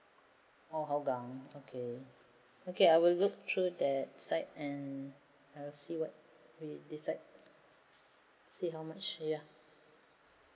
orh hougang okay okay I will look through that site and I'll see what we decide see how much ya